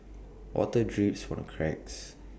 water drips from the cracks